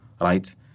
right